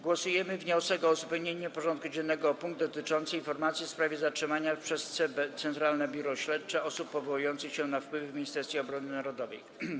Głosujemy nad wnioskiem o uzupełnienie porządku dziennego o punkt dotyczący informacji w sprawie zatrzymania przez Centralne Biuro Śledcze osób powołujących się na wpływy w Ministerstwie Obrony Narodowej.